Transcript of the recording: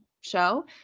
show